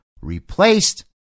replaced